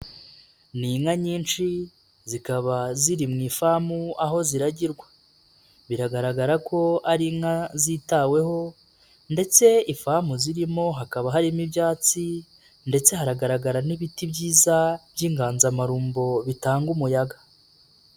Ni inka nyinshi zikaba ziri mu ifamu aho ziragirwa, biragaragara ko ari inka zitaweho, ndetse ifamu zirimo hakaba harimo ibyatsi ndetse haragaragara n'ibiti byiza by'inganzamarumbo bitanga umuyaga.